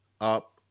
up